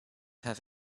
have